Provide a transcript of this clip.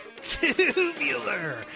Tubular